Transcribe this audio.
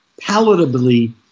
palatably